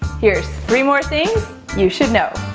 here's three more things you should know.